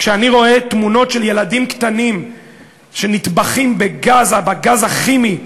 כשאני רואה תמונות של ילדים קטנים שנטבחים בגז הכימי,